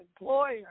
employer